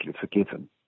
forgiven